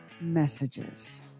messages